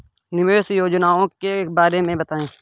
निवेश योजनाओं के बारे में बताएँ?